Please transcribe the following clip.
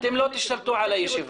אתם לא תשתלטו על הישיבה.